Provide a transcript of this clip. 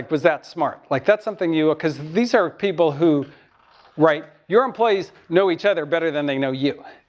was that smart? like that's something you, because these are people who write, your employees know each other better than they know you.